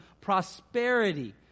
prosperity